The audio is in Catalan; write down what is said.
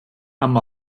amb